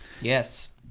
Yes